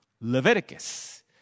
Leviticus